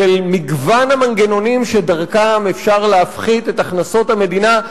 מגוון המנגנונים שדרכם אפשר להפחית את הכנסות המדינה,